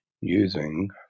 using